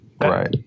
Right